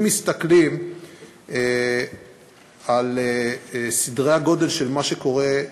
אם מסתכלים על סדרי-הגודל של מה שקורה,